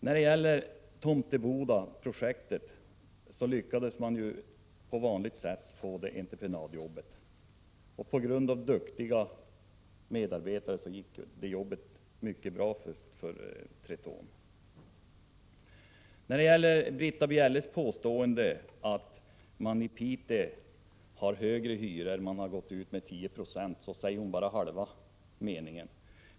När det gäller Tomtebodaprojektet lyckades man på vanligt sätt få det entreprenaduppdraget och med duktiga medarbetare gick det jobbet mycket bra för Tetron. Britta Bjelle påstår att man i Piteå har högre hyror än på andra håll och att stiftelsen höjt hyrorna med 10 26, men då säger hon bara halva sanningen.